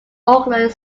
auckland